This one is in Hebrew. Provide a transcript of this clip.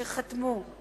שחתמו,